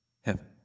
heaven